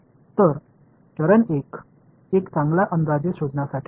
तर चरण 1 एक चांगला अंदाजे शोधण्यासाठी होता